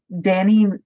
Danny